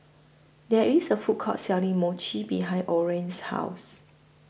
There IS A Food Court Selling Mochi behind Orren's House